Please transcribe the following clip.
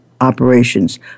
operations